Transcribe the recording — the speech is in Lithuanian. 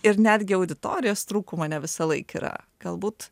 ir netgi auditorijos trūkumo ne visąlaik yra galbūt